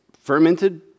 fermented